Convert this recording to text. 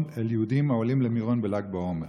אל יהודים העולים למירון בל"ג בעומר.